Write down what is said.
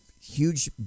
huge